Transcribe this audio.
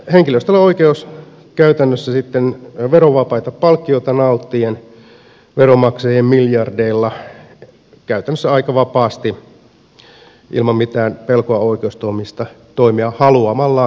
henkilöstöllä on oikeus käytännössä sitten verovapaita palkkioita nauttien veronmaksajien miljardeilla käytännössä aika vapaasti ilman mitään pelkoa oikeustoimista toimia haluamallaan tavalla